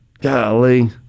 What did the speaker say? Golly